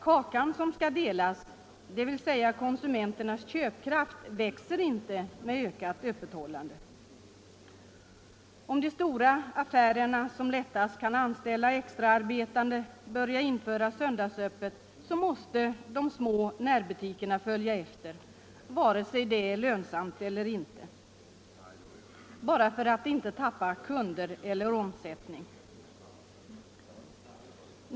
Kakan som skall delas, dvs. konsumenternas köpkraft, växer ju inte med ökat öppethållande. Om de stora affärerna, som lättast kan anställa extraarbetande, börjar införa söndagsöppet måste de små närbutikerna följa efter, vare sig detta är lönsamt eller ej, för att inte tappa kunder eller omsättning.